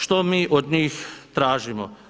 Što mi od njih tražimo?